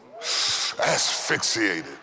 Asphyxiated